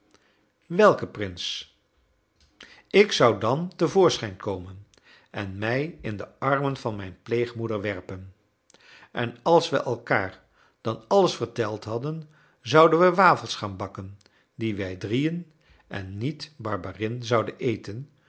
welke prins ik zou dan te voorschijn komen en mij in de armen van mijn pleegmoeder werpen en als we elkaar dan alles verteld hadden zouden we wafels gaan bakken die wij drieën en niet barberin zouden eten